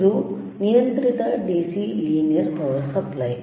ಇದು ನಿಯಂತ್ರಿತ DC linear power supply